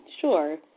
Sure